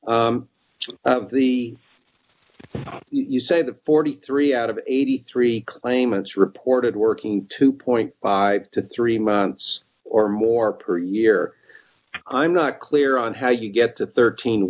r the you say that forty three out of eighty three claimants reported working to point to three months or more per year i'm not clear on how you get to thirteen